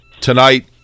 tonight